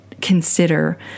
consider